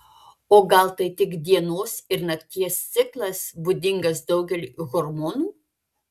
o gal tai tik dienos ir nakties ciklas būdingas daugeliui hormonų